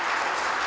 Hvala.